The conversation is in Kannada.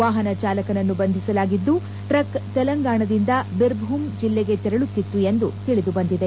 ವಾಪನ ಚಾಲಕನ್ನು ಬಂಧಿಸಲಾಗಿದ್ದು ಟ್ರಕ್ ತೆಲಂಗಾಣದಿಂದ ಬಿರ್ ಭುಮ್ ಜಿಲ್ಲೆಗೆ ತೆರಳುತ್ತಿತ್ತು ಎಂದು ತಿಳಿದು ಬಂದಿದೆ